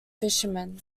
fishermen